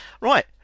right